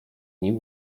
nim